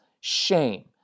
shame